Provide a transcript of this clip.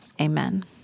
Amen